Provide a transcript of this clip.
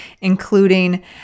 including